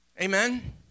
Amen